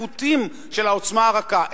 היירוטים של העוצמה הרכה.